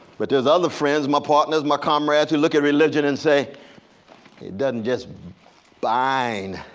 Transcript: but there's other friends, my partners, my comrades who look at religion and say it doesn't just bind,